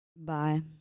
Bye